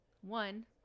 One